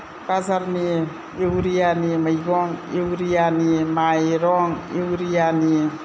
बाजारनि इउरियानि मैगं इउरियानि माइरं इउरियानि